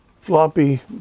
floppy